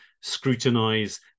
scrutinize